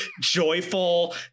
joyful